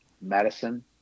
medicine